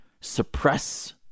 suppress